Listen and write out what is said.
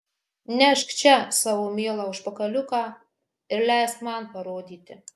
nešk čia savo mielą užpakaliuką ir leisk man parodyti